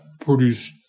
produce